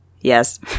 yes